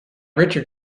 richard